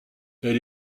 elle